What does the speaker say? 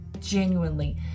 genuinely